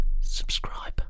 subscribe